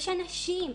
יש אנשים.